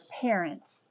parents